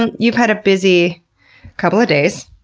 and you've had a busy couple of days,